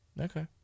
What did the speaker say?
Okay